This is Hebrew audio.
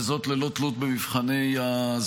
וזאת ללא תלות במבחני הזכאות.